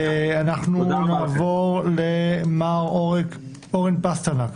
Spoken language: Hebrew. מר אורן פסטרנק,